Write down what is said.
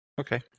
Okay